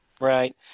Right